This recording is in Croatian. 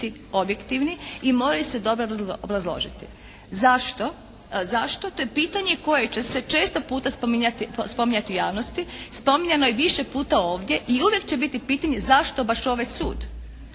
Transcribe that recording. objektivni i moraju se dobro obrazložiti. Zašto? To je pitanje koje se često puta spominjati u javnosti, spominjano je više puta ovdje i uvijek će biti pitanje zašto baš ovaj sud